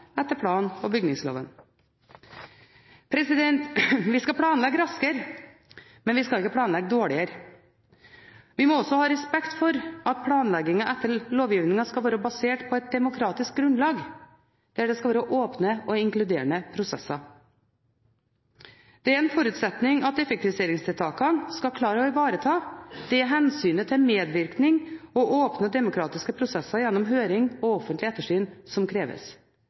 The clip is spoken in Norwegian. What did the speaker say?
etter plan- og bygningsloven. Vi skal planlegge raskere, men vi skal ikke planlegge dårligere. Vi må også ha respekt for at planleggingen etter lovgivningen skal være basert på et demokratisk grunnlag, der det skal være åpne og inkluderende prosesser. Det er en forutsetning at effektiviseringstiltakene skal klare å ivareta det hensynet til medvirkning og åpne demokratiske prosesser gjennom høring og offentlig ettersyn som kreves.